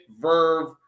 verve